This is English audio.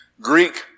Greek